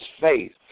faith